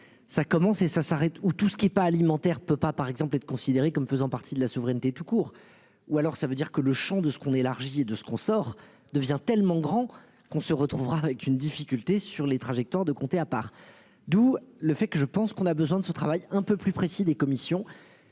ça commence et ça s'arrête où tout ce qui est pas alimentaire peut pas par exemple être considérées comme faisant partie de la souveraineté tout court. Ou alors ça veut dire que le Champ de ce qu'on élargie et de ce qu'on sort devient tellement grand qu'on se retrouvera avec une difficulté sur les trajectoires de compter à part. D'où le fait que je pense qu'on a besoin de ce travail un peu plus précis des commissions